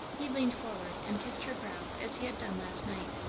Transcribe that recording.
he leaned forward and kissed her brow as he had done last night.